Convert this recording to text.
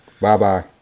Bye-bye